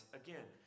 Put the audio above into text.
again